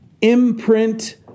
imprint